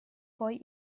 poi